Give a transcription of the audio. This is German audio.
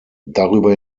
darüber